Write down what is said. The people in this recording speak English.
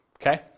Okay